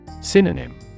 Synonym